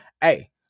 Hey